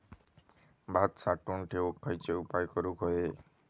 भात साठवून ठेवूक खयचे उपाय करूक व्हये?